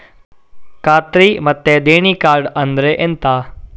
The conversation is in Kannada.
ಖಾತ್ರಿ ಮತ್ತೆ ದೇಣಿ ಕಾರ್ಡ್ ಅಂದ್ರೆ ಎಂತ?